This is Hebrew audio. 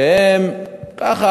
שהם ככה,